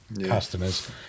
customers